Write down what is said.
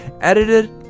edited